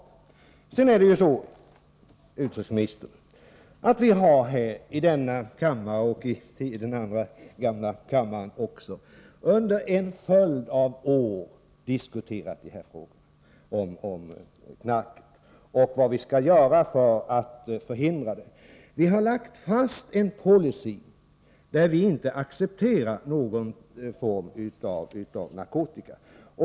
Sedan är det ju så, utrikesministern, att vi här i denna kammare och i den gamla kammaren under en följd av år har diskuterat knarket och vad vi skall göra för att förhindra bruket. Vi har lagt fast en policy, att vi inte accepterar någon form av narkotika.